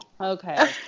okay